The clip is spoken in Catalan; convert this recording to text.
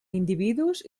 individus